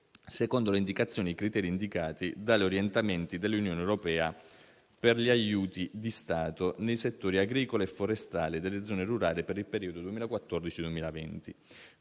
secondo le indicazioni e i criteri indicati dagli orientamenti dell'Unione europea per gli aiuti di Stato nei settori agricolo e forestale e delle zone rurali per il periodo 2014-2020.